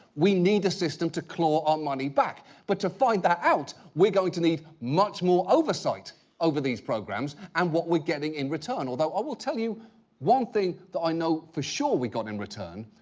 we need a system to claw our money back. but to find that out, we're going to need much more oversight over these programs and what we're getting in return. although, i will tell you one thing that i know for sure we got in return,